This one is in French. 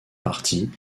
parti